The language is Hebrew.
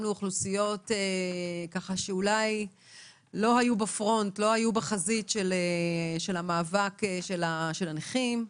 לאוכלוסיות שאולי לא היו בחזית של המאבק של הנכים.